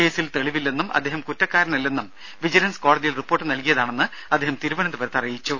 കേസിൽ തെളിവില്ലെന്നും അദ്ദേഹം കുറ്റക്കാരനല്ലെന്നും വിജിലൻസ് കോടതിയിൽ റിപ്പോർട്ട് നൽകിയതാണെന്ന് അദ്ദേഹം തിരുവനന്തപുരത്ത് പറഞ്ഞു